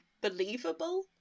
believable